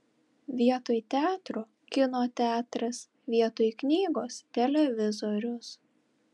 vietoj teatro kino teatras vietoj knygos televizorius